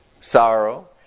Sorrow